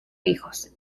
hijos